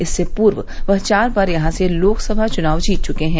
इससे पूर्व वह चार बार यहां से लोकसभा चुनाव जीत चुके हैं